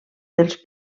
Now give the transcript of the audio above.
dels